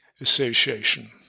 Association